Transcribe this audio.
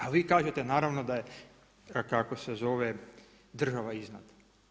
A vi kažete, naravno da je kako se zove, država iznad.